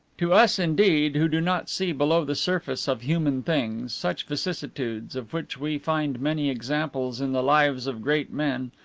to us, indeed, who do not see below the surface of human things, such vicissitudes, of which we find many examples in the lives of great men,